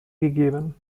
gegeben